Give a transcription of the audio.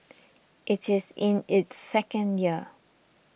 it is in its second year